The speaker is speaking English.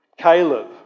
Caleb